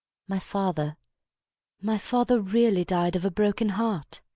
my father my father really died of a broken heart.